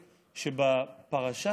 מפקדו,